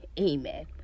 Amen